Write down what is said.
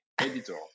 editor